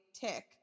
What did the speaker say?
tick